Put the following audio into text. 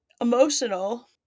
emotional